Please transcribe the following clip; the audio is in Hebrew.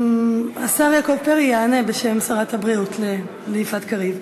השר יעקב פרי יענה בשם שרת הבריאות ליפעת קריב.